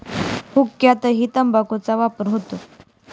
हुक्क्यातही तंबाखूचा वापर होतो